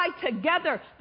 together